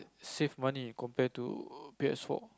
save money compared to P_S-four